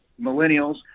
millennials